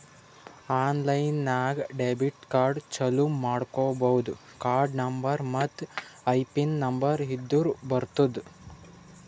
online ನಾಗ್ debit card ಚಾಲೂ ಮಾಡ್ಕೋಬೋದು ಕಾರ್ಡ ನಂಬರ್ ಮತ್ತ್ ಐಪಿನ್ ನಂಬರ್ ಇದ್ದುರ್ ಬರ್ತುದ್